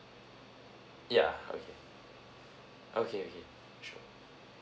yeah okay okay okay sure